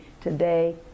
today